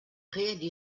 réalise